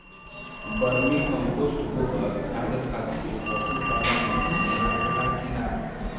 Vermi compost गोबर खाद खातिर पशु पालन में सुधार होला कि न?